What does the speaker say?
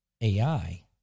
AI